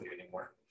anymore